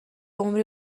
عمری